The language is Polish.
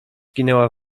zginęła